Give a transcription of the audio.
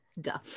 duh